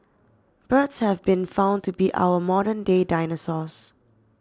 birds have been found to be our modern day dinosaurs